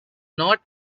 not